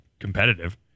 competitive